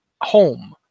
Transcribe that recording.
home